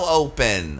open